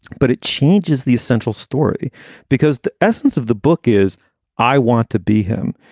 but it changes the essential story because the essence of the book is i want to be him.